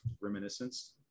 Reminiscence